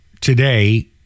today